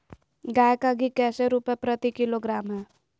गाय का घी कैसे रुपए प्रति किलोग्राम है?